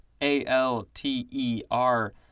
A-L-T-E-R